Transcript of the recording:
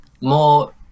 more